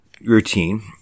routine